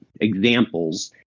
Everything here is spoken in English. examples